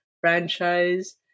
franchise